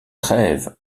trêve